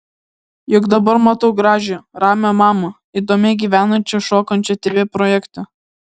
juk dabar matau gražią ramią mamą įdomiai gyvenančią šokančią tv projekte